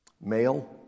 Male